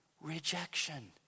rejection